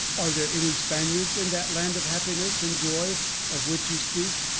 are there any spaniards in that land of happiness and joy of which you speak?